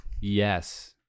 Yes